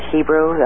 Hebrew